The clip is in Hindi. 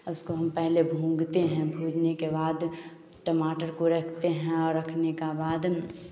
उसको हम पहले भूंजते हैं भूंजने के बाद टमाटर को रखते हैं और रखने का बाद